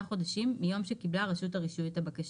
חודשים מיום שקיבלה רשות הרישוי את הבקשה,